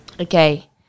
Okay